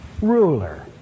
ruler